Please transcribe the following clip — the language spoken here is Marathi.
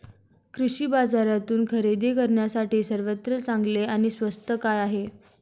कृषी बाजारातून खरेदी करण्यासाठी सर्वात चांगले आणि स्वस्त काय आहे?